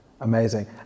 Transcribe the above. Amazing